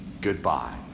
goodbye